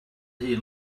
hun